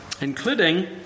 Including